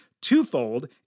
Twofold